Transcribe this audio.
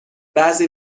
بعضی